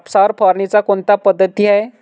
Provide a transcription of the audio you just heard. कापसावर फवारणीच्या कोणत्या पद्धती आहेत?